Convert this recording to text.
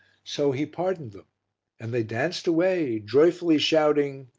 so he pardoned them and they danced away, joyfully shouting,